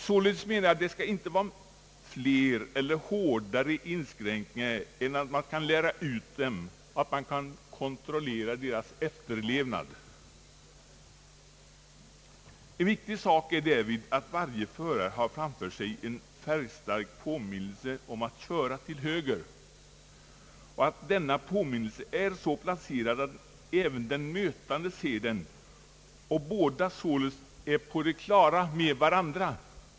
Således menar jag att det inte skall vara flera eller hårdare inskränkningar än att man kan lära ut dem och kontrollera deras efterlevnad. En viktig sak är därvid att varje förare har framför sig en färgstark påminnelse om att köra till höger och att denna påminnelse är så placerad att även den mötande ser den och båda således är på det klara med varandra.